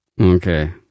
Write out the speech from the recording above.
Okay